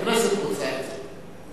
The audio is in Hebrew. הכנסת רוצה את זה.